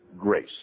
grace